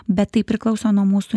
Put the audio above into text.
bet tai priklauso nuo mūsų